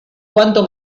cuánto